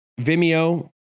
Vimeo